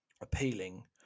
appealing